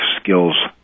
skills